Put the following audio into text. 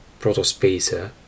protospacer